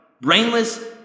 Brainless